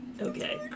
Okay